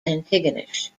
antigonish